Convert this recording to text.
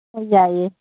ꯌꯥꯏꯌꯦ